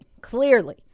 clearly